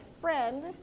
friend